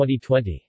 2020